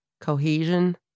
Cohesion